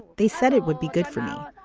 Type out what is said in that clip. they said it would be good for me